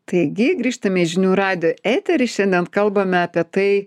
taigi grįžtame į žinių radijo etery šiandien kalbame apie tai